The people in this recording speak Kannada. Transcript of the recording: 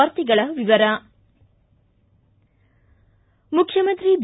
ವಾರ್ತೆಗಳ ವಿವರ ಮುಖ್ಯಮಂತ್ರಿ ಬಿ